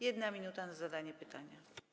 1 minuta na zadanie pytania.